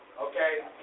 Okay